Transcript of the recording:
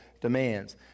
demands